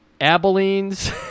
Abilene's